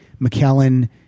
McKellen